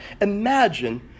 Imagine